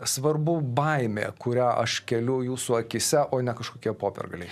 svarbu baimė kurią aš keliu jūsų akyse o ne kažkokie popiergaliai